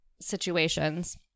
situations